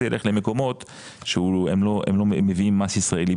ילך למקומות שהם לא מביאים מס ישראלי.